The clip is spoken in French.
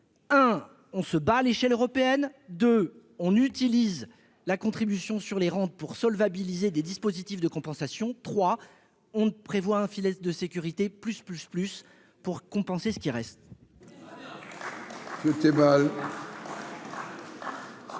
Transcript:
on se bat à l'échelle européenne de on utilise. La contribution sur les rangs pour solvabiliser des dispositifs de compensations trois on ne prévoit un filet de sécurité plus plus plus pour compenser ce qui reste.